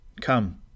Come